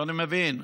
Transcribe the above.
ואני מבין,